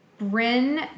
Bryn